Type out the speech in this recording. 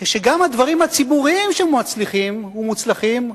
כשגם הדברים הציבוריים שמצליחים ומוצלחים,